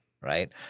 right